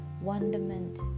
wonderment